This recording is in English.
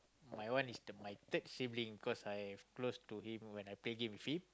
my one is the my third sibling cause I close to him when I play game with him